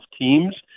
teams